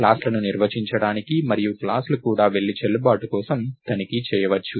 class లను నిర్వచించడానికి మరియు క్లాస్ లు కూడా వెళ్లి చెల్లుబాటు కోసం తనిఖీ చేయవచ్చు